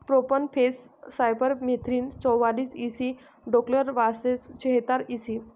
profenofos cypermethrin चौवालीस E C dichlorvos चेहतार EC